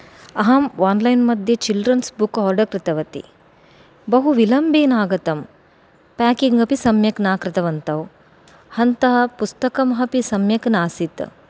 अहं ओन्लैन् मध्ये children's book order कृतवती बहु विलम्बेन आगतम् पेकिङ्ग् अपि सम्यक् न कृतवन्तौ अन्तः पुस्तकम् अपि सम्यक् नासीत्